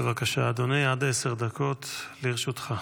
בבקשה, אדוני, עד עשר דקות לרשותך.